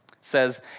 says